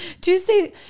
Tuesday